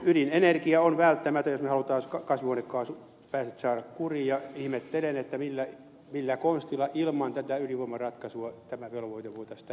ydinenergia on välttämätön jos me haluamme kasvihuonekaasupäästöt saada kuriin ja ihmettelen millä konstilla ilman tätä ydinvoimaratkaisua tämä velvoite voitaisiin täyttää